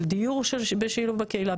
של דיור בשילוב בקהילה,